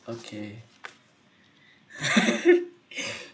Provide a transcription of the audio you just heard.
okay